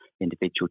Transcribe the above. individual